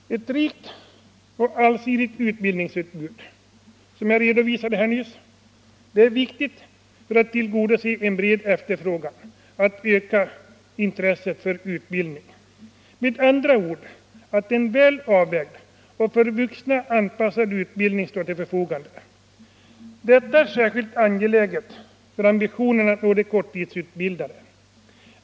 Ett rikt och allsidigt utbildningsutbud, som jag nyss talade om, är viktigt för att tillgodose en bred efterfrågan, för att öka intresset för utbildning. Det är med andra ord nödvändigt att en väl avvägd och för vuxna anpassad utbildning står till förfogande. Detta är särskilt angeläget för ambitionen att nå de korttidsutbildade.